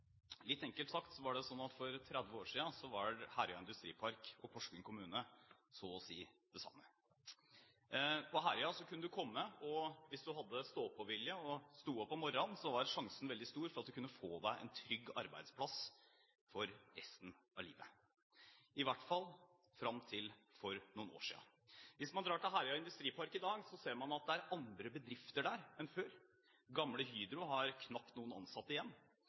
Litt enkelt sagt: For 30 år siden var Herøya Industripark og Porsgrunn kommune så å si det samme. På Herøya kunne du komme hvis du hadde stå-på-vilje og sto opp om morgenen. Da var sjansen veldig stor for at du kunne få deg en trygg arbeidsplass for resten av livet – ihvert fall fram til for noen år siden. Hvis man drar til Herøya Industripark i dag, ser man at det er andre bedrifter der enn før – gamle Hydro har knapt noen ansatte igjen.